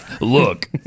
look